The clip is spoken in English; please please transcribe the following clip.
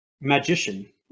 magician